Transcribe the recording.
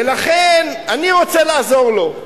ולכן אני רוצה לעזור לו.